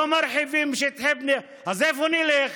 לא מרחיבים שטחי בנייה, אז לאן נלך?